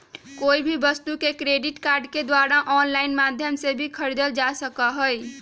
कोई भी वस्तु के क्रेडिट कार्ड के द्वारा आन्लाइन माध्यम से भी खरीदल जा सका हई